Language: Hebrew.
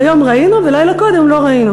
ביום ראינו ולילה קודם לא ראינו,